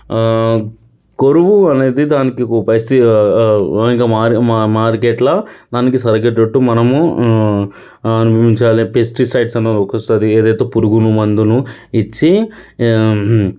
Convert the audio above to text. కొరువు అనేది దానికి ఒక బస్తా ఇంకా మార్కె మార్కెట్లో దానికి సరిపెడేటట్టు మనము ఉంచాలి పెస్టిసైడ్స్ ఏదైతే పురుగును మందును ఇచ్చి